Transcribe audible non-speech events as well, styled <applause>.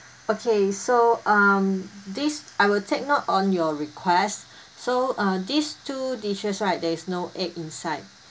okay so um this I will take note on your request <breath> so uh these two dishes right there is no egg inside